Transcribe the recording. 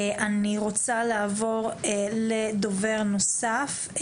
אני רוצה לעבור לדובר נוסף.